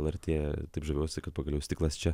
lrt taip žaviuosi kad pagaliau stiklas čia